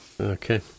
okay